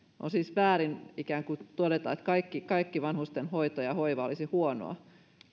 on siis väärin ikään kuin todeta että kaikki kaikki vanhustenhoito ja hoiva olisi huonoa